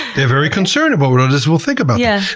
they're very concerned about what others will think about yeah